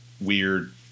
weird